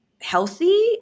healthy